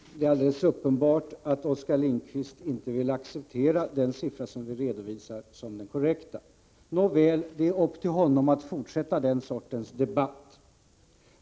Herr talman! Det är alldeles uppenbart att Oskar Lindkvist inte vill acceptera den siffra som vi redovisar som den korrekta. Nåväl, det står honom fritt att fortsätta den sortens debatt.